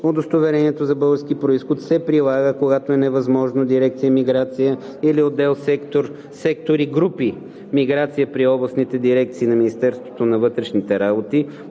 Удостоверението за български произход се прилага, когато е невъзможно дирекция „Миграция“ или отдел/сектори/групи „Миграция“ при областните дирекции на Министерството на вътрешните работи